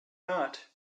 not